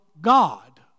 God